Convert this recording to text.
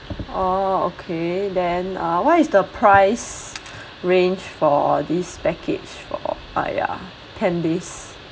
orh okay then uh what is the price range for this package for ah yeah ten days